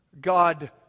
God